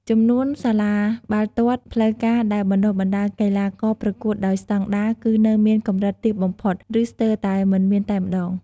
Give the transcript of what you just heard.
ចំនួនសាលាបាល់ទាត់ផ្លូវការដែលបណ្តុះបណ្តាលកីឡាករប្រកបដោយស្តង់ដារគឺនៅមានកម្រិតទាបបំផុត ឬស្ទើរតែមិនមានតែម្តង។